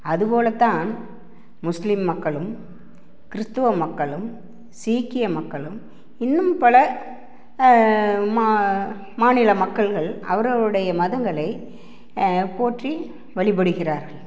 அதுபோலத்தான் முஸ்லீம் மக்களும் கிறிஸ்துவ மக்களும் சீக்கிய மக்களும் இன்னும் பல மாநில மக்கள்கள் அவரவருடைய மதங்களை போற்றி வழிபடுகிறார்கள்